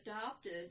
adopted